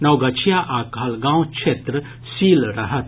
नवगछिया आ कहलगांवक क्षेत्र सील रहत